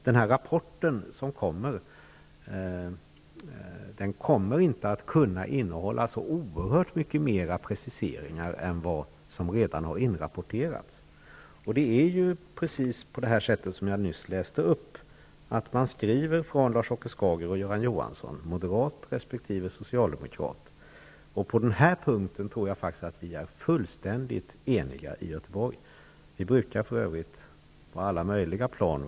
Den rapport som kommer, kan inte innehålla så oerhört mycket mer preciseringar än vad som redan har inrapporterats. Det är som jag nyss läste upp. Lars Åke Skager och Göran Johansson, moderat resp. socialdemokrat, skriver: ''Vi i göteborgsregionen har nu gjort allt som hittills ankommit på oss för att uppfylla innehållet i trafiköverenskommelsen.